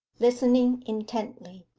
listening intently.